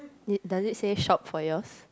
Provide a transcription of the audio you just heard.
it does it say shop for yours